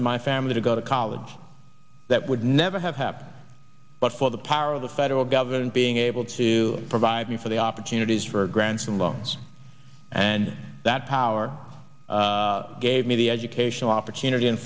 in my family to go to college that would never have happened but for the power of the federal government being able to provide for the opportunities for grants and loans and that power gave me the educational opportunity